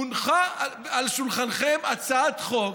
הונחה על שולחנכם הצעת חוק